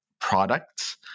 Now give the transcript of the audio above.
products